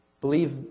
believe